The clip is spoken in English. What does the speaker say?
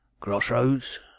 Crossroads